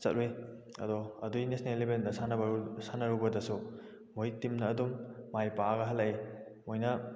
ꯆꯠꯂꯨꯏ ꯑꯗꯣ ꯑꯗꯨꯒꯤ ꯅꯦꯁꯅꯦꯜ ꯂꯦꯕꯦꯜꯗ ꯁꯥꯟꯅꯔꯨꯕꯗꯁꯨ ꯃꯣꯏ ꯇꯤꯝꯅ ꯑꯗꯨꯝ ꯃꯥꯏ ꯄꯥꯛꯂꯒ ꯍꯜꯂꯛꯏ ꯃꯣꯏꯅ